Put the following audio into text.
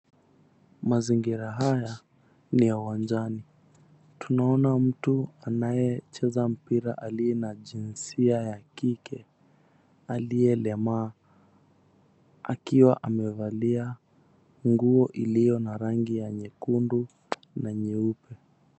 Mazingira haya ni ya uwanjani, tunaona mtu anayecheza mpira aliye na jinsia ya kike aliyelemaa akiwa amevalia nguo iliyo na rangi ya nyekundu na nyeupe.